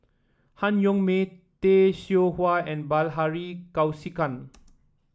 Han Yong May Tay Seow Huah and Bilahari Kausikan